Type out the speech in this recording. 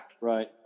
Right